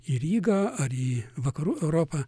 į rygą ar į vakarų europą